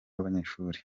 w’abanyeshuri